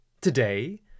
Today